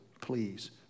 please